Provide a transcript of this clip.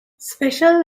special